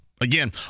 again